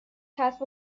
کسب